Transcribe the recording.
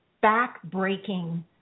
back-breaking